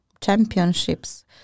championships